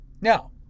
Now